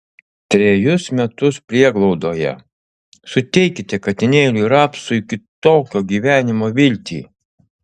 trejus metus prieglaudoje suteikite katinėliui rapsui kitokio gyvenimo viltį